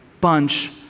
bunch